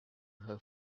her